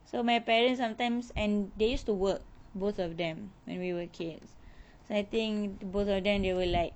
so my parents sometimes and they used to work both of them when we were kids so I think both of them they were like